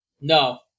No